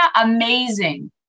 Amazing